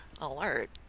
alert